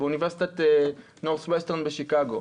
באוניברסיטת נורת'ווסטרן בשיקגו.